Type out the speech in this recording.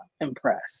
impressed